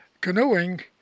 canoeing